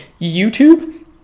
YouTube